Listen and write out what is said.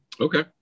Okay